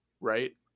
right